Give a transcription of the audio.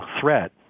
threat